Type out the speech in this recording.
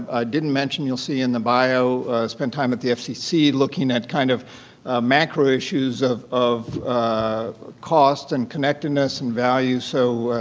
i didn't mention-you'll see in the bio-spent time at the fcc looking at kind of macro issues of of cost, and connectedness, and value. so,